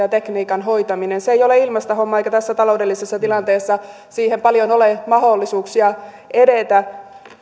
ja tekniikan hoitaminen se ei ole ilmaista hommaa eikä tässä taloudellisessa tilanteessa siihen paljon ole mahdollisuuksia edetä